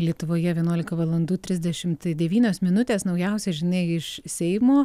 lietuvoje vienuolika valandų trisdešimt devynios minutės naujausia žinia iš seimo